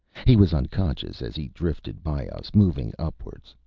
he was unconscious as he drifted by us, moving upwards.